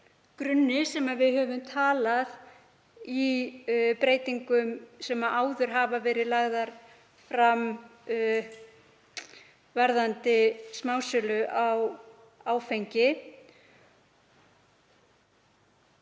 sem við höfum talað um breytingar sem áður hafa verið lagðar fram varðandi smásölu á áfengi.